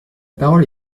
parole